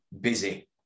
busy